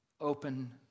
open